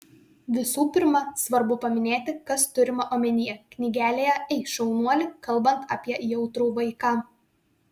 visų pirma svarbu paminėti kas turima omenyje knygelėje ei šaunuoli kalbant apie jautrų vaiką